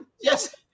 Yes